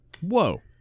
Whoa